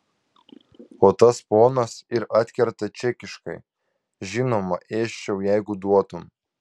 o tas ponas ir atkerta čekiškai žinoma ėsčiau jeigu duotum